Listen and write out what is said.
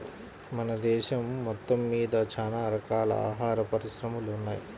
మన దేశం మొత్తమ్మీద చానా రకాల ఆహార పరిశ్రమలు ఉన్నయ్